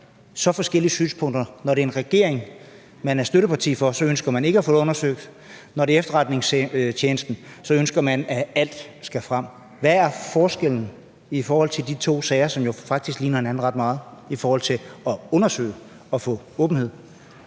så forskellige synspunkter? Når det er en regering, man er støtteparti for, så ønsker man ikke at få det undersøgt, men når det er efterretningstjenesten, ønsker man, at alt skal frem. Hvad er forskellen på de to sager, som faktisk ligner hinanden ret meget i forhold til det med at undersøge og få åbenhed?